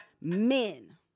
men